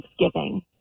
Thanksgiving